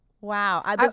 Wow